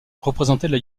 représentaient